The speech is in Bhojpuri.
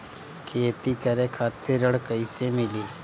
खेती करे खातिर ऋण कइसे मिली?